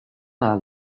are